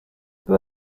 peu